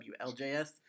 WLJS